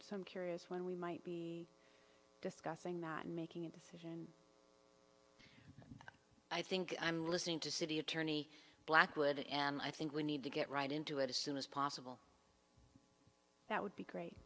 some curious when we might be discussing not making a decision i think i'm listening to city attorney blackwood and i think we need to get right into it as soon as possible that would be great